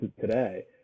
today